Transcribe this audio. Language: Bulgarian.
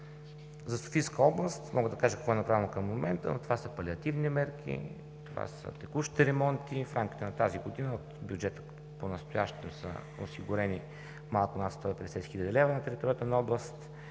За Софийска област мога да кажа какво е направено към момента, но това са палеативни мерки, това са текущите ремонти. В рамките на тази година в бюджета понастоящем са осигурени малко над 150 хил. лв. на територията на област